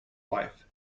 wife